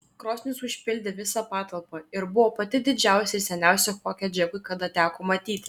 krosnis užpildė visą patalpą ir buvo pati didžiausia ir seniausia kokią džekui kada teko matyti